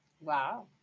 Wow